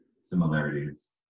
similarities